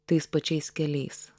tais pačiais keliais